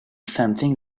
something